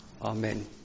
Amen